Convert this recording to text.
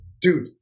dude